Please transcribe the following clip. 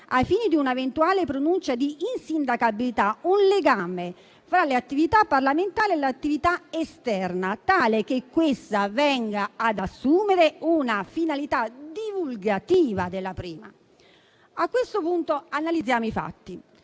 ai fini di una eventuale pronuncia di insindacabilità, un legame fra l'attività parlamentare e l'attività esterna, tale che questa venga ad assumere una finalità divulgativa della prima. A questo punto, analizziamo i fatti